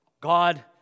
God